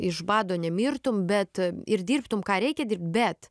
iš bado nemirtum bet ir dirbtum ką reikia bet